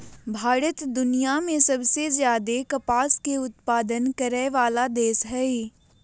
भारत दुनिया में सबसे ज्यादे कपास के उत्पादन करय वला देश हइ